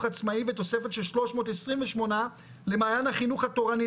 העצמאי ותוספת של 328 למען החינוך התורני,